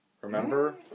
Remember